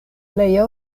plej